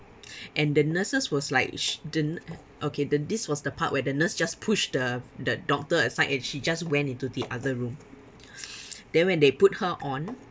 and the nurses was like she didn't okay the this was the part where the nurse just pushed the the doctor aside and she just went into the other room then when they put her on